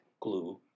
glue